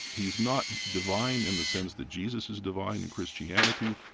he's not divine in the sense that jesus is divine in christianity,